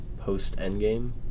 post-Endgame